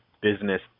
Business